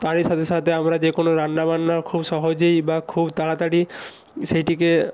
তারই সাথে সাথে আমরা যে কোনো রান্নাবান্না খুব সহজেই বা খুব তাড়াতাড়ি সেইটিকে